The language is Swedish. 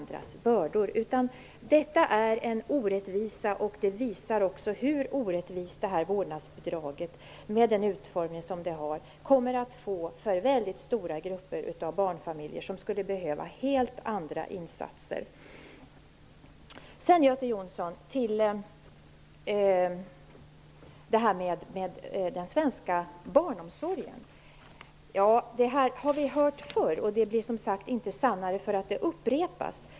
Det är fråga om en orättvisa, som visar hur orättvist vårdnadsbidraget med den utformning som det har kommer att vara för mycket stora grupper av barnfamiljer, som skulle behöva helt andra insatser. Så över till frågan om den svenska barnomsorgen. Göte Jonssons argument blir inte sannare för att de upprepas.